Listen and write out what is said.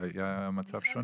היה המצב שונה.